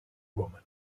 woman